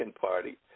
Party